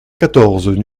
quatorze